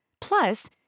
Plus